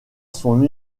son